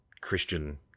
Christian